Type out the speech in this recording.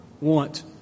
want